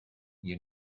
you